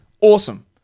Awesome